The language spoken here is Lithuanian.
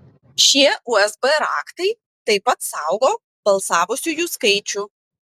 šie usb raktai taip pat saugo balsavusiųjų skaičių